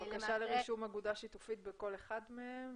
בקשה לרישום אגודה שיתופית בכל אחד מהם.